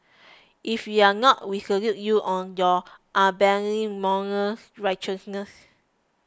if you're not we salute you on your unbending moral righteousness